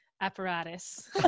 apparatus